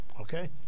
Okay